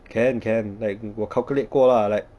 can can like 我 calculate 过 lah like